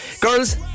Girls